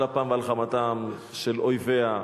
על אפם ועל חמתם של אויביה,